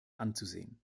anzusehen